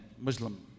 Muslim